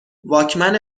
واکمن